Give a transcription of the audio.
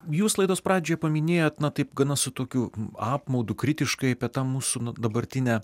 jūs laidos pradžioj paminėjot na taip gana su tokiu apmaudu kritiškai apie tą mūsų dabartinę